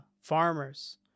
farmers